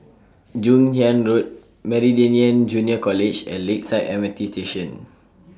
Joon Hiang Road Meridian Junior College and Lakeside M R T Station